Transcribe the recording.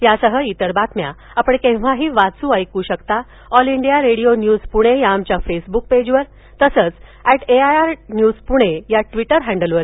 यासह इतर बातम्या आपण केव्हाही वाचू ऐकू शकता All India Radio News Pune या आमच्या फेसबुक पेजवर तसंच अधीए आय आर न्यूज पुणे या ट्विटर हड्लिवर